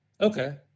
Okay